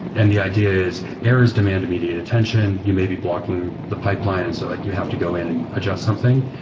and the idea is errors demand immediate attention. you may be blocking the pipeline and so like you have to go in and adjust something.